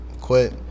quit